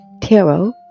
Tarot